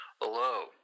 Hello